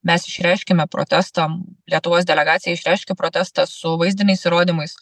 mes išreiškiame protestą lietuvos delegacija išreiškė protestą su vaizdiniais įrodymais